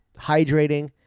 hydrating